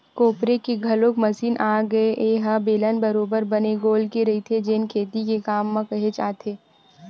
कोपरे के घलोक मसीन आगे ए ह बेलन बरोबर बने गोल के रहिथे जेन खेती के काम म काहेच के आथे